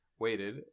waited